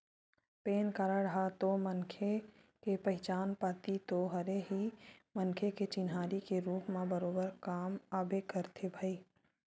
PAN card ह तो मनखे के पहचान पाती तो हरे ही मनखे के चिन्हारी के रुप म बरोबर काम आबे करथे भई